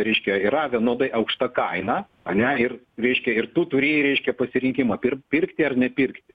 reiškia yra vienodai aukšta kaina ane ir reiškia ir tu turi reiškia pasirinkimą pir pirkti ar nepirkti